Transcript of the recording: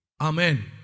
Amen